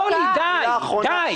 אורלי, די, די.